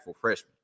freshman